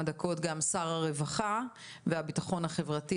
דקות גם שר הרווחה והבטחון החברתי,